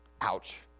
Ouch